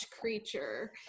creature